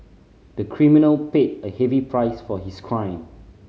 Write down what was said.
the criminal paid a heavy price for his crime